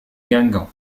guingamp